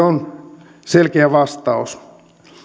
on selkeä vastaus